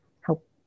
help